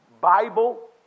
Bible